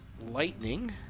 lightning